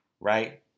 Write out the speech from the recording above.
right